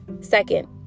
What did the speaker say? Second